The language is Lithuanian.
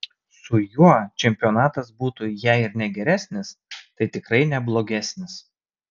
su juo čempionatas būtų jei ir ne geresnis tai tikrai ne blogesnis